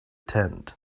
tent